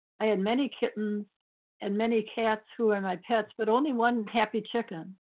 i had many kittens and many cats who are my pets, but only one happy chicken.